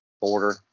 border